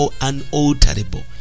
unalterable